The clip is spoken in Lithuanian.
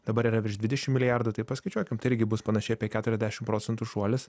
dabar yra virš dvidešim milijardų tai paskaičiuokime irgi bus panašiai apie keturiasdešim procentų šuolis